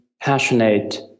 passionate